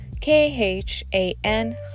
K-H-A-N